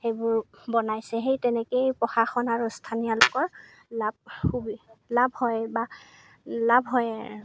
সেইবোৰ বনাইছে সেই তেনেকেই প্ৰশাসন আৰু স্থানীয় লোকৰ লাভ সুবিধা লাভ হয় বা লাভ হয়